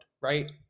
right